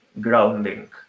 grounding